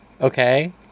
okay